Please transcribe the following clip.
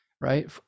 right